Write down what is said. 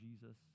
Jesus